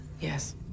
Yes